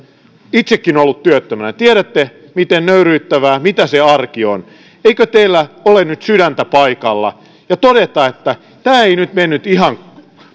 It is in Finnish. ollut työttömänä tiedätte miten nöyryyttävää se arki on eikö teillä ole nyt sydäntä paikallaan todeta että tämä ei nyt mennyt ihan